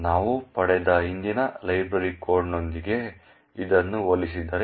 ನಾವು ಪಡೆದ ಹಿಂದಿನ ಲೈಬ್ರರಿ ಕೋಡ್ನೊಂದಿಗೆ ಇದನ್ನು ಹೋಲಿಸಿದರೆ